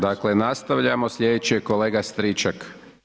Dakle, nastavljamo slijedeći je kolega Stričak.